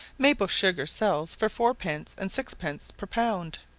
maple-sugar sells for four-pence and six-pence per pound,